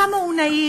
כמה הוא נאיבי,